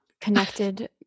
connected